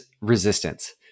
resistance